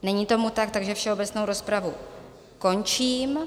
Není tomu tak, takže všeobecnou rozpravu končím.